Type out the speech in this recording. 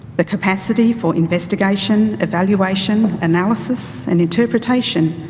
the capacity for investigation, evaluation analysis and interpretation,